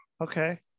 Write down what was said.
Okay